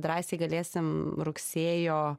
drąsiai galėsim rugsėjo